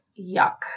yuck